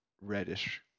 reddish